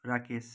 Rakesh